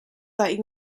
that